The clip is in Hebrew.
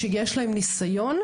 שיש להם ניסיון,